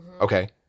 Okay